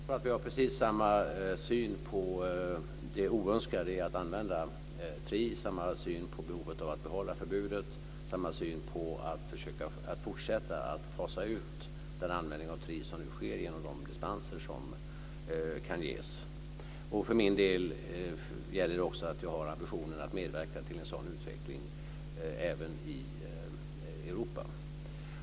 Fru talman! Jag tror att vi har precis samma syn på det oönskade i att använda tri, samma syn på behovet av att behålla förbudet och samma syn på att fortsätta fasa ut den användning av tri som nu sker genom de dispenser som kan ges. För min del gäller också att jag har ambitionen att medverka till en sådan utveckling även i Europa.